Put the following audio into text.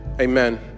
Amen